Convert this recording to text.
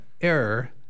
error